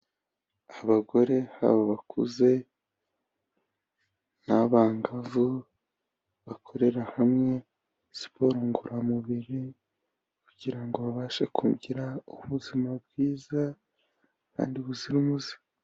Abagore baba bakuze n'abangavu, bakorera hamwe siporo ngororamubiri kugira ngo babashe kugira ubuzima bwiza kandi buzira umuze.